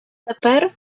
тепер